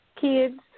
kids